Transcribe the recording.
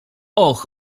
och